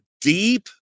deep